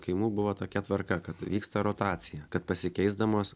kaimų buvo tokia tvarka kad vyksta rotacija kad pasikeisdamos